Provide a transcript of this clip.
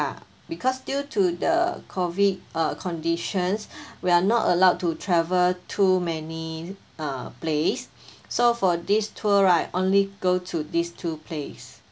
because due to the COVID uh conditions we are not allowed to travel too many uh place so for this tour right only go to these two place